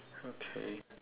okay